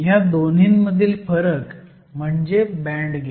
ह्या दोन्हींमधील फरक म्हणजे बँड गॅप